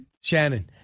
Shannon